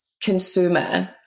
consumer